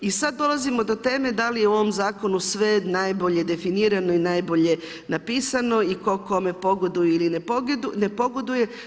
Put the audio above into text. I sad dolazimo do teme da li je u ovom zakonu sve najbolje definirano i najbolje napisano i tko kome pogoduje ili ne pogoduje.